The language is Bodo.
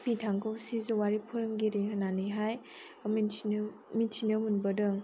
बिथांखौ सिजौआरि फोरोंगिरि होननानैहाय मिन्थिनो मिन्थिनो मोनबोदों